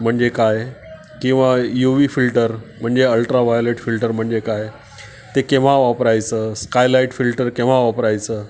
म्हणजे काय किंवा यू वी फिल्टर म्हणजे अल्ट्रावायोलेट फिल्टर म्हणजे काय ते केव्हा वापरायचं स्कायलाईट फिल्टर केव्हा वापरायचं